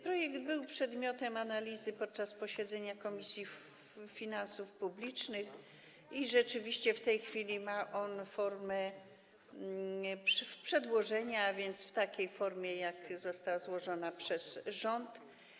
Projekt był przedmiotem analizy podczas posiedzenia Komisji Finansów Publicznych i rzeczywiście w tej chwili ma on formę przedłożenia, a więc jest w takiej formie, jaką przedłożył rząd.